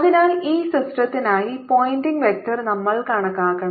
അതിനാൽ ഈ സിസ്റ്റത്തിനായി പോയിന്റിംഗ് വെക്റ്റർ നമ്മൾ കണക്കാക്കണം